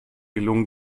gelungen